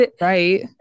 right